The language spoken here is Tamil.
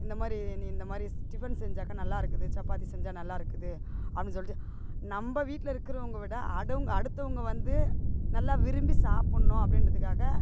இந்த மாதிரி நீ இந்த மாதிரி டிஃபன் செஞ்சாக்கா நல்லாருக்குது சப்பாத்தி செஞ்சா நல்லாருக்குது அப்டினு சொல்லிட்டு நம்ம வீட்டில் இருக்கிறவங்க விட அடுங் அடுத்தவங்க வந்து நல்லா விரும்பி சாப்புடணும் அப்படின்றத்துக்காக